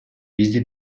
бизди